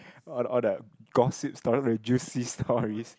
all the all the gossip stories all the juicy stories